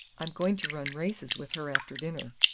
i'm going to run races with her after dinner.